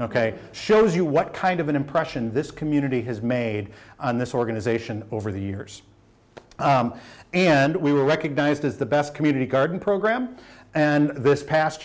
ok shows you what kind of an impression this community has made on this organization over the years and we were recognized as the best community garden program and this past